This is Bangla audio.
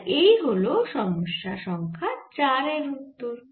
তাই এই হল সমস্যা সংখ্যা 4 এর উত্তর